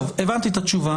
טוב, הבנתי את התשובה.